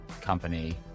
company